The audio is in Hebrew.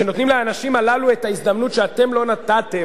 כשנותנים לאנשים הללו את ההזדמנות שאתם לא נתתם,